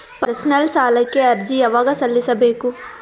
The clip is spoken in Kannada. ಪರ್ಸನಲ್ ಸಾಲಕ್ಕೆ ಅರ್ಜಿ ಯವಾಗ ಸಲ್ಲಿಸಬೇಕು?